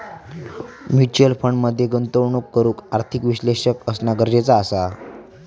mutual fund मध्ये गुंतवणूक करूक आर्थिक विश्लेषक असना गरजेचा असा